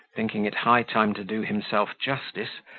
thinking it high time to do himself justice,